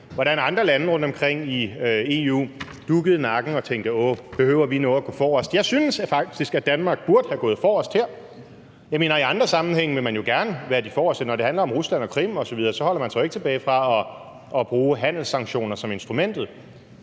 hvordan andre lande rundtomkring i EU dukkede nakken og tænkte: Åh, behøver vi nu at gå forrest? Jeg synes faktisk, at Danmark burde have gået forrest her. Jeg mener, i andre sammenhænge vil man jo gerne være de forreste. Når det handler om Rusland og Krim osv., holder man sig jo ikke tilbage fra at bruge handelssanktioner som et instrument.